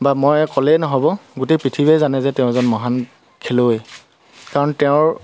বা মই ক'লেই নহ'ব গোটেই পৃথিৱী জানে যে তেওঁ যেন মহান খেলুৱৈ কাৰণ তেওঁৰ